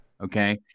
Okay